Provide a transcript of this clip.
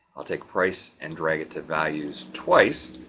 i'll take price and drag it to values, twice.